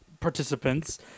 Participants